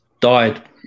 died